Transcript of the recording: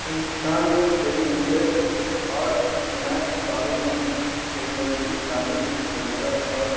ہندوستان میں کئی لیڈر اور صنعت کاروں نے ٹیکنالوجی تعلیم تجارت اور